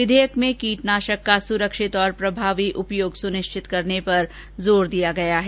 विधेयक में कीटनाशक का सुरक्षित और प्रभावी उपयोग सुनिश्चित करने पर जोर दिया गया है